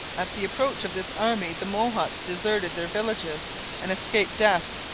at the approach of this army the mohawks deserted their villages and escaped death.